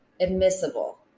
admissible